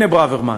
הנה ברוורמן.